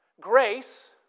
Grace